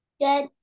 Good